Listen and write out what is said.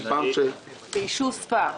ביישוב ספר.